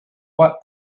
what